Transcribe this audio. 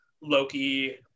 Loki